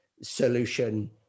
solution